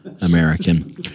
American